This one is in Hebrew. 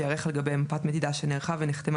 שייערך על גבי מפת מדידה שנערכה ונחתמה